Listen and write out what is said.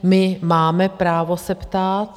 My máme právo se ptát.